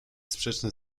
sprzeczne